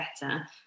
better